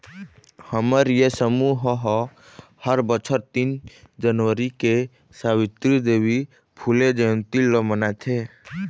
हमर ये समूह ह हर बछर तीन जनवरी के सवित्री देवी फूले जंयती ल मनाथे